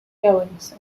goings